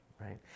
right